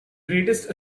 greatest